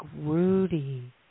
Rudy